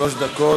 שלוש דקות.